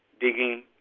digging,